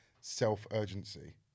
self-urgency